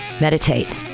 Meditate